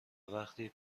وقتی